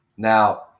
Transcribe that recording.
Now